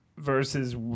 Versus